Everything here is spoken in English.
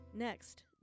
Next